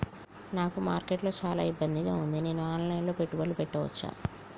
నాకు మార్కెట్స్ లో చాలా ఇబ్బందిగా ఉంది, నేను ఆన్ లైన్ లో పెట్టుబడులు పెట్టవచ్చా?